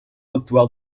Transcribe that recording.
actual